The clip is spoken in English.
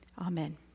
Amen